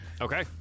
Okay